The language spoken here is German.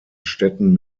städten